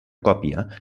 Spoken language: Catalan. còpia